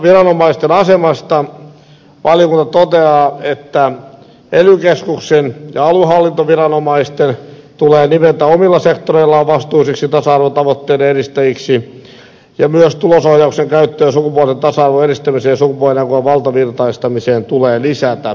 tasa arvoviranomaisten asemasta valiokunta toteaa että ely keskukset ja aluehallintoviranomaiset tulee nimetä omilla sektoreillaan vastuullisiksi tasa arvon tavoitteiden edistäjiksi ja myös tulosohjauksen käyttöä sukupuolten tasa arvon edistämiseen ja sukupuolinäkökulman valtavirtaistamiseen tulee lisätä